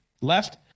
left